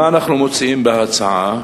מה אנחנו מוצאים בהצעה?